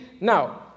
Now